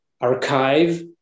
archive